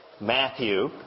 Matthew